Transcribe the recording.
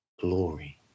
glory